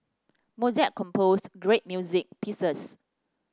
Mozart composed great music pieces